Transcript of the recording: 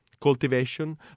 cultivation